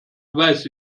weiß